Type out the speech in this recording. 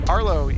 Arlo